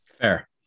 Fair